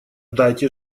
дайте